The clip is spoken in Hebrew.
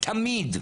תמיד.